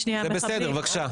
זה בסדר, בבקשה.